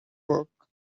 work